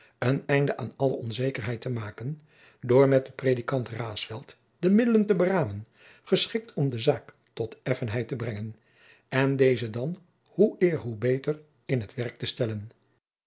een einde aan alle onzekerheid te maken door met den predikant raesfelt de middelen te beramen geschikt om de zaak tot effenheid te brengen en deze dan hoe eer hoe beter in t werk te stellen